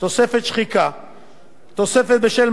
תוספת בשל מדד 2008 וכן